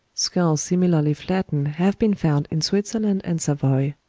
skulls similarly flattened have been found in switzerland and savoy.